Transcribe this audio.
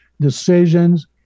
decisions